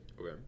Okay